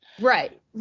Right